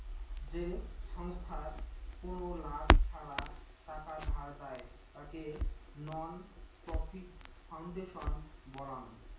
যে ছংস্থার কোনো লাভ ছাড়া টাকা ধার দেয়, তাকে নন প্রফিট ফাউন্ডেশন বলাঙ্গ